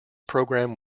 program